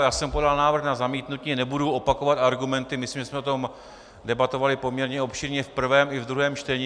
Já jsem podal návrh na zamítnutí, nebudu opakovat argumenty, myslím, že jsme o tom debatovali poměrně obšírně v prvém i v druhém čtení.